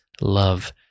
love